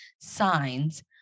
signs